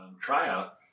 tryout